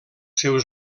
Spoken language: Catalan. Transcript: seus